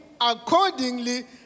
accordingly